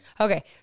Okay